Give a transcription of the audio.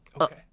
Okay